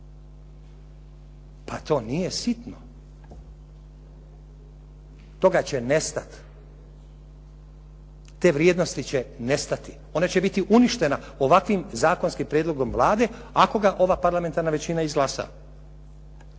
Pa to nije sitno. Toga će nestati. Te vrijednosti će nestati, ona će biti uništena ovakvim zakonskim prijedlogom Vlade ako ga ova parlamentarna većina izglasa.